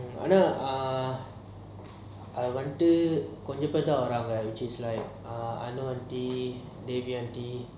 ah ஆனா அது வந்து கொஞ்ச பெரு தான் வராங்க அணு:aana athu vanthu konja peru thaan varanga anu aunty Devi ah aunty